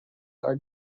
are